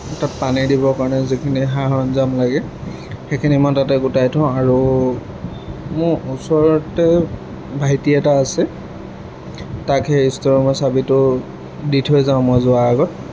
তাত পানী দিবৰ কাৰণে যিখিনি সা সৰঞ্জাম লাগে সেইখিনি মই তাতে গোটাই থওঁ আৰু মোৰ ওচৰতে ভাইটি এটা আছে তাক সেই ষ্ট'ৰ ৰুমৰ চাবিটো দি থৈ যাওঁ মই যোৱাৰ আগত